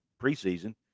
preseason